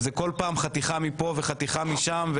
וזה כול פעם חתיכה מפה וחתיכה משם,